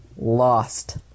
Lost